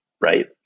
right